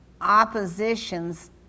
oppositions